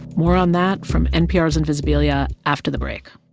more on that from npr's invisibilia after the break